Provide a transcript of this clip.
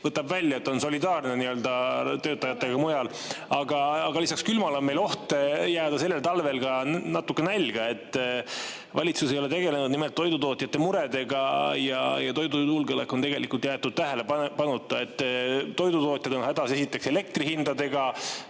välja ja on solidaarne teiste töötajatega. Aga lisaks külmale on meil oht jääda sellel talvel ka natuke nälga. Valitsus ei ole tegelenud nimelt toidutootjate muredega, toidujulgeolek on jäetud tähelepanuta. Toidutootjad on hädas esiteks elektrihindadega,